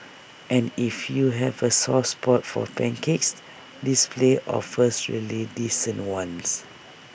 and if you have A soft spot for pancakes this place offers really decent ones